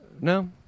No